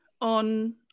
on